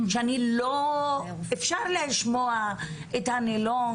אפשר לשמוע את הנילון,